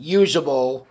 usable